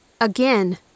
again